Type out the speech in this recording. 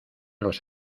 los